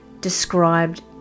described